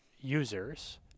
users